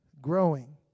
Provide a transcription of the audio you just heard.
growing